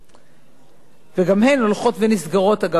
וגם הן הולכות ונסגרות, אגב, בקצב מהיר מאוד,